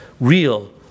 real